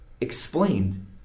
explained